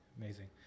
Amazing